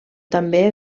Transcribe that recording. també